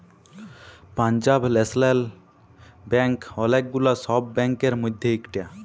Punjab National Bank ওলেক গুলা সব ব্যাংকের মধ্যে ইকটা